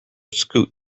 scoot